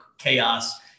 Chaos